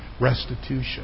Restitution